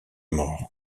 mort